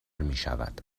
میشود